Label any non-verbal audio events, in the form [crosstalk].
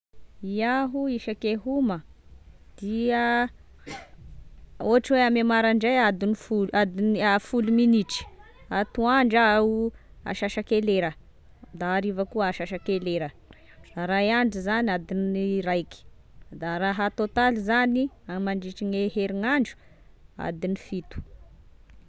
Iaho isake homa dia, [hesitation] ohatra hoe ame maraindray adiny folo, adiny, [hesitation] a folo minitra, antoandro aho asasake lera, da hariva koa asasake lera ray andro zany adiny raika, raha atôtaly zany a mandritry ny herinandro adiny fito.